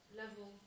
level